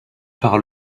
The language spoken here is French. par